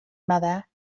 mother